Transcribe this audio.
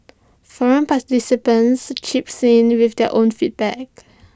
forum participants chips in with their own feedback